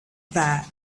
that